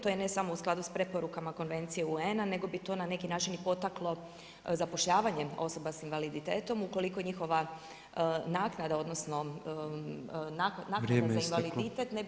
To je ne samo u skladu sa preporukama konvencije UN-a nego bi to na neki način i potaklo zapošljavanje osoba sa invaliditetom ukoliko njihova naknada, odnosno naknada za invaliditet ne bi